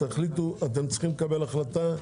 אתם צריכים לקבל החלטה בהסכמה.